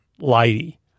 lady